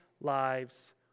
lives